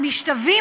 הם משתווים,